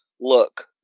look